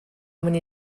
many